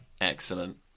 Excellent